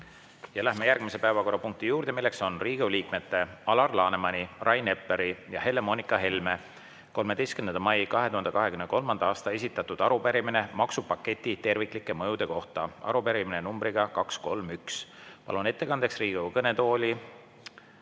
Läheme järgmise päevakorrapunkti juurde, mis on Riigikogu liikmete Alar Lanemani, Rain Epleri ja Helle-Moonika Helme 13. mail 2023. aastal esitatud arupärimine maksupaketi terviklike mõjude kohta, arupärimine numbriga 231. Ma palun ettekandeks Riigikogu kõnetooli